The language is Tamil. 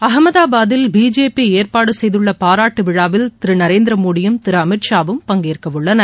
அகமதாபாதில் பிஜேபி ஏற்பாடு செய்துள்ள பாராட்டு விழாவில் திரு மோடியும் திரு அமித் ஷாவும் பங்கேற்கவுள்ளனர்